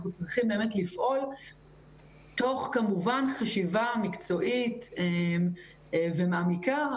אנחנו צריכים לפעול תוך חשיבה מקצועית ומעמיקה,